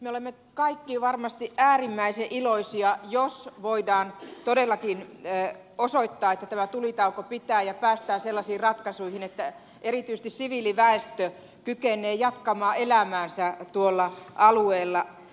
me olemme kaikki varmasti äärimmäisen iloisia jos voidaan todellakin osoittaa että tämä tulitauko pitää ja päästään sellaisiin ratkaisuihin että erityisesti siviiliväestö kykenee jatkamaan elämäänsä tuolla alueella